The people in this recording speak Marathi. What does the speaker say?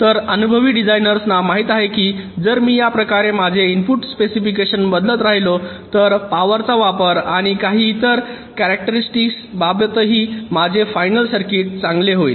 तर अनुभवी डिझाइनर्सना माहित आहे की जर मी या प्रकारे माझे इनपुट स्पेसिफिकेशन बदलत राहिलो तर पावरचा वापर आणि काही इतर क्यारेक्टेरिस्टक्स बाबतीतही माझे फायनल सर्किट चांगले होईल